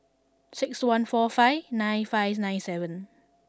six one four five nine five nine seven